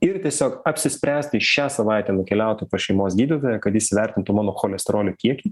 ir tiesiog apsispręsti šią savaitę nukeliauti pas šeimos gydytoją kad jis įvertintų mano cholesterolio kiekį